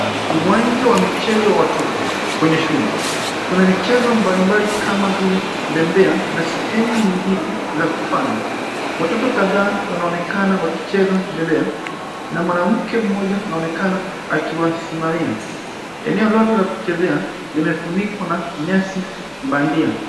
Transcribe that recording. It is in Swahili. Uwanja wa michezo wa watoto kwenye shule. Kuna michezo mbali mbali kama vile bembea na sehemu nyingine za kupanda. Watoto kadhaa wanaonekana wakicheza bembea na mwanamke mmoja anaonekana akiwasimamia. Eneo lote la kuchezea limefunikwa na nyasi bandia.